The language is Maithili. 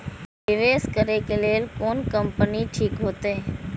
निवेश करे के लेल कोन कंपनी ठीक होते?